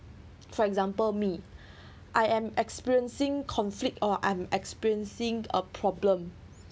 for example me I am experiencing conflict or I'm experiencing a problem